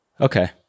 Okay